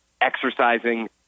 exercising